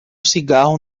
cigarro